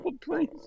please